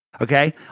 okay